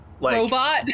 robot